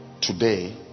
Today